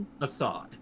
Assad